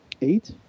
Eight